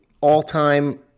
all-time